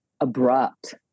abrupt